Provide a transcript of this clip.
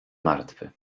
martwy